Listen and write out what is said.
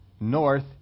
north